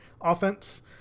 offense